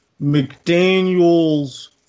McDaniels